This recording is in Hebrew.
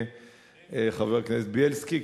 חבר הכנסת בילסקי.